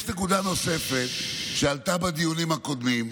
יש נקודה נוספת שעלתה בדיונים הקודמים,